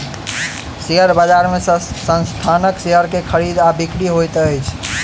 share बजार में संस्थानक शेयर के खरीद आ बिक्री होइत अछि